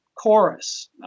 chorus